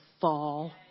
fall